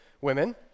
women